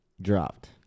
dropped